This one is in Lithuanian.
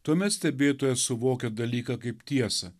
tuomet stebėtojas suvokia dalyką kaip tiesą